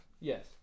yes